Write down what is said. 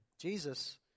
Jesus